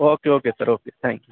okay okay sir okay thank you